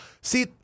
See